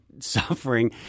suffering